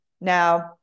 Now